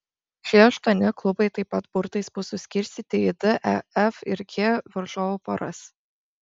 šie aštuoni klubai taip pat burtais bus suskirstyti į d e f ir g varžovų poras